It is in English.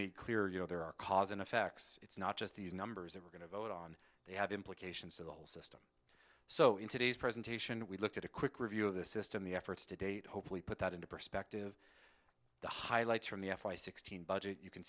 made clear you know there are cause and effects it's not just these numbers that we're going to vote on they have implications for the whole system so in today's presentation we looked at a quick review of the system the efforts to date hopefully put that into perspective the highlights from the f b i sixteen budget you can